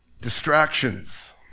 Distractions